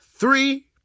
three